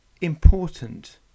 important